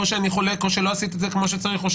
שאני חולק כמו שלא עשית את זה כמו שצריך.